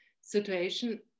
situation